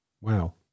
Wow